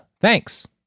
Thanks